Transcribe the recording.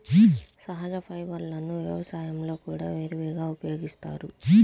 సహజ ఫైబర్లను వ్యవసాయంలో కూడా విరివిగా ఉపయోగిస్తారు